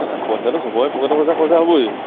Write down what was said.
নাই নাই পইচাটো চবৰে পকেটৰ পইচা খৰচা হ'বই